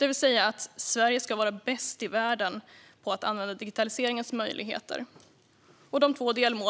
Målsättningen är att Sverige ska vara bäst i världen på att använda digitaliseringens möjligheter. Det finns två delmål.